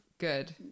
good